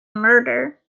murder